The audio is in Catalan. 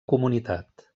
comunitat